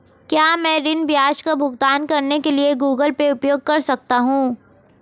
क्या मैं ऋण ब्याज का भुगतान करने के लिए गूगल पे उपयोग कर सकता हूं?